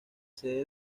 sede